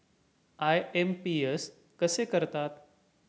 IMPS कसे करतात?